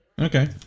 Okay